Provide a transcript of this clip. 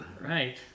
Right